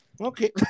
Okay